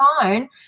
phone